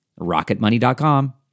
Rocketmoney.com